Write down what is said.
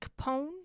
Capone